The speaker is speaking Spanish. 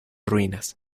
ruinas